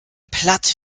platt